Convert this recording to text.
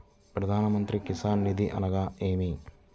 ప్రధాన మంత్రి కిసాన్ నిధి అనగా నేమి?